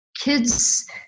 kids